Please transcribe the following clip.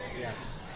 Yes